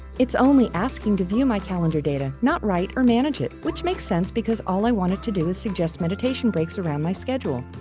it's only asking to view my calendar data, not write or manage it, which makes sense because all i want it to do is suggest meditation breaks around my schedule.